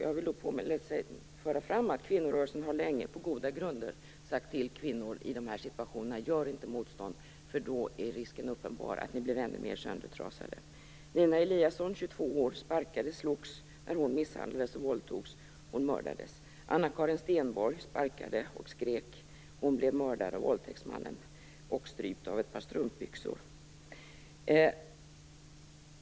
Jag vill då föra fram att kvinnorörelsen länge och på goda grunder har uppmanat kvinnor som hamnar i våltäktssituationer: Gör inte motstånd, för då är risken uppenbar att ni blir ännu mer söndertrasade. Stenberg sparkade och skrek. Hon blev mördad av våldtäktsmannen, som ströp henne med ett par strumpbyxor.